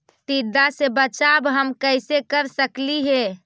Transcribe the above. टीडा से बचाव हम कैसे कर सकली हे?